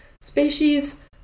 species